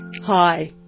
Hi